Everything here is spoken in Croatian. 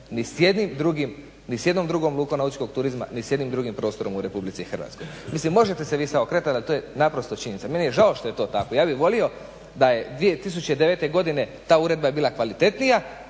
ni s jednom drugom lukom nautičkog turizma, ni s jednim drugim prostorom u Republici Hrvatskoj. Mislim možete se vi sad okretati, ali to je naprosto činjenica. Meni je žao što je to tako, ja bih volio da je 2009. godine, ta uredba je bila kvalitetnija,